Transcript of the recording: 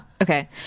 Okay